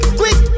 quick